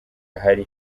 ahari